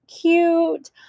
cute